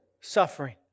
suffering